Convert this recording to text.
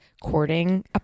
courting